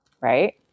right